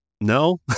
no